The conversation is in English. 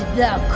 the